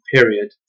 period